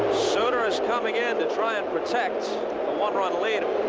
sutter is coming in to try and protect the one-run lead.